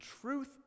truth